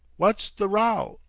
wot's the row?